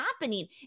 happening